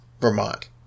Vermont